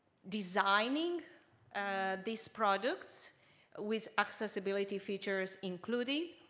designing this products with accessibility features including.